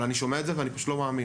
אבל אני שומע את זה ואני פשוט לא מבין.